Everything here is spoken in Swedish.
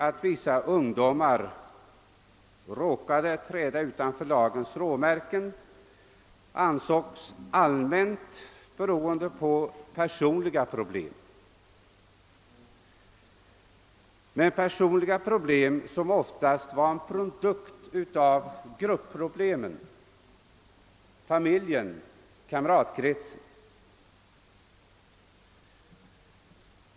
Att några ungdomar råkade träda utanför lagens råmärken ansågs allmänt bero på personliga problem, som oftast var en produkt av grupproblem: familjen, kamratkretsen.